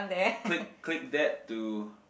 click that to